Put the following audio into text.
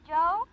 Joe